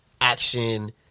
action